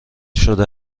شده